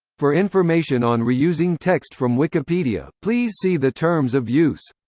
for information on reusing text from wikipedia, please see the terms of use